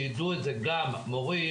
שידעו את זה גם מורים,